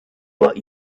what